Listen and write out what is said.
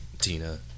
Tina